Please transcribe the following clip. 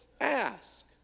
ask